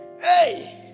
hey